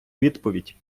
відповідь